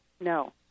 No